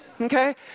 Okay